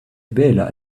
bela